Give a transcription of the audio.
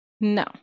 No